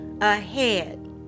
ahead